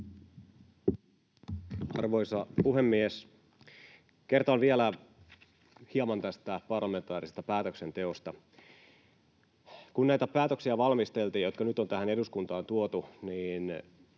Arvoisa puhemies! Kertaan vielä hieman tästä parlamentaarisesta päätöksenteosta. Kun valmisteltiin näitä päätöksiä, jotka nyt on tähän eduskuntaan tuotu, niin